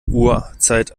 uhrzeit